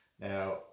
Now